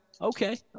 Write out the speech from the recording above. Okay